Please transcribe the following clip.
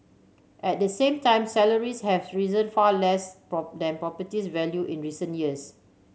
at the same time salaries have risen far less than properties value in recent years